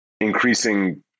increasing